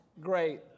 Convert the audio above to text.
Great